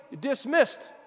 dismissed